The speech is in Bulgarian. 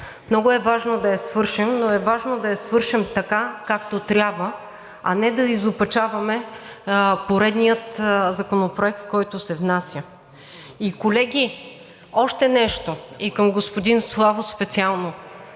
Много е важно да я свършим, но е важно да я свършим така, както трябва, а не да изопачаваме поредния законопроект, който се внася. И колеги, още нещо, и към господин Славов специално